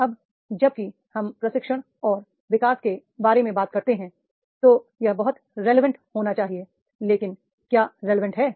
अब जब भी हम प्रशिक्षण और विकास के बारे में बात करते हैं तो यह बहुत रिलेवेंट होना चाहिए लेकिन क्या रिलेवेंट है